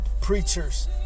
preachers